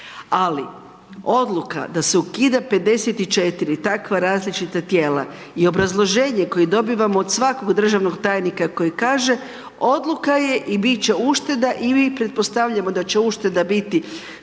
ali odluka da se ukida 54 takva različita tijela i obrazloženje koje dobivamo od svakog državnog tajnika koji kaže, odluka je i bit će ušteda i mi pretpostavljamo da će ušteda biti,